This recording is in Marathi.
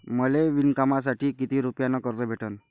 मले विणकामासाठी किती रुपयानं कर्ज भेटन?